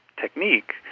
technique